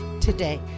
today